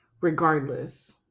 regardless